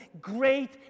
Great